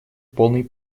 полной